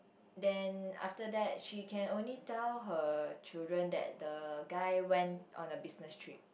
then after that she can only tell her children that the guy went on a business trip